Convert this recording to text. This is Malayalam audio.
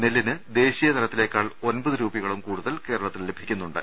നെല്ലിന് ദേശീയത്ലത്തിലേക്കാൾ ഒൻപത് രൂപ യോളം കൂടുതൽ കേരളത്തിൽ ലഭിക്കുന്നുണ്ട്